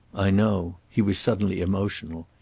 i know. he was suddenly emotional.